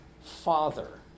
father